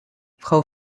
frau